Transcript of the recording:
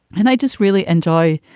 and i just really enjoy.